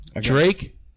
Drake